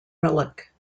relic